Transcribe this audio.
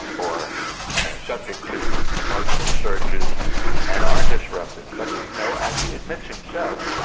or subject to emotional surges and are disruptive, but you know, as he admits himself,